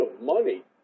money